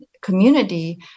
community